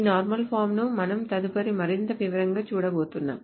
ఈ normal forms ను మనం తదుపరి మరింత వివరంగా చూడబోతున్నాం